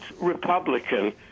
Republican